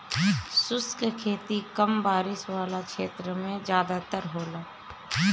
शुष्क खेती कम बारिश वाला क्षेत्र में ज़्यादातर होला